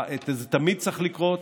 זה תמיד צריך לקרות,